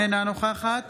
אינה נוכחת